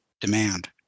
demand